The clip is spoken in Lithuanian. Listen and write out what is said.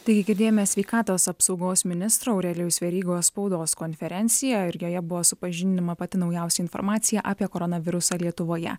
taigi girdėjome sveikatos apsaugos ministro aurelijaus verygos spaudos konferenciją ir joje buvo supažindinama pati naujausia informacija apie koronavirusą lietuvoje